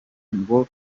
ngo